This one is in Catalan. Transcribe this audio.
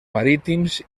marítims